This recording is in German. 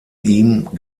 ihm